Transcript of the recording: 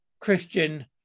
Christian